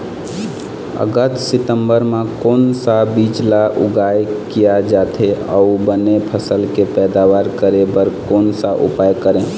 अगस्त सितंबर म कोन सा बीज ला उगाई किया जाथे, अऊ बने फसल के पैदावर करें बर कोन सा उपाय करें?